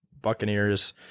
Buccaneers